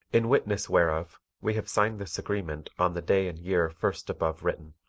in witness whereof we have signed this agreement on the day and year first above written.